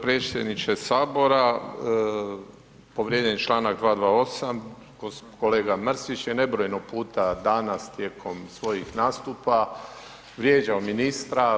Predsjedniče Sabora, povrijeđen je članak 228. kolega Mrsić je nebrojeno puta danas tijekom svojih nastupa vrijeđao ministra.